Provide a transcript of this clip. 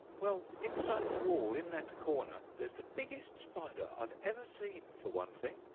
well, inside the wall in that corner there's the biggest spider i've ever seen, for one thing.